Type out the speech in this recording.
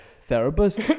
therapist